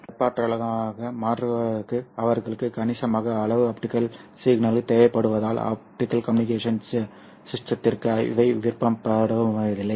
வெப்ப ஆற்றலாக மாற்றுவதற்கு அவர்களுக்கு கணிசமான அளவு ஆப்டிகல் ஆற்றல் தேவைப்படுவதால் ஆப்டிகல் கம்யூனிகேஷன் சிஸ்டத்திற்கு இவை விரும்பப்படுவதில்லை